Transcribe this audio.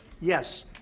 Yes